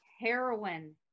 heroin